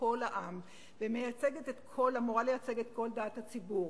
כל העם ואמורה לייצג את כל דעת הציבור,